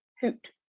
hoot